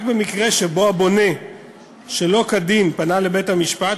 רק במקרה שבו הבונה שלא כדין פנה לבית-המשפט,